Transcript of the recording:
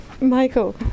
Michael